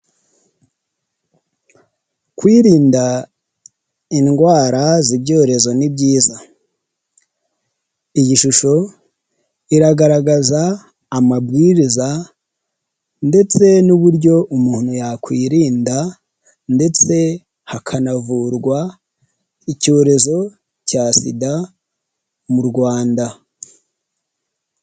Kwirinda indwara z'ibyorezo nibyiza, iyi shusho iragaragaza amabwiriza ndetse n'uburyo umuntu yakwirinda ndetse hakanavurwa icyorezo cya Sida mu Rwanda.